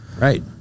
right